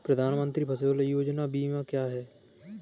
प्रधानमंत्री फसल बीमा योजना क्या है?